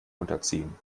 unterziehen